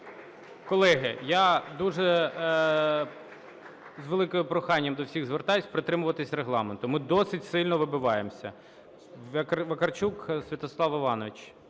колеги, я дуже з великим проханням до всіх звертаюся: притримуватися регламенту. Ми досить сильно вибиваємося. Вакарчук Святослав Іванович,